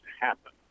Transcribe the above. happen